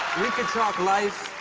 we could talk life,